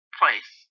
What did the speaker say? place